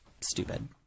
stupid